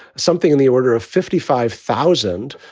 something in the order of fifty five thousand